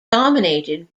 dominated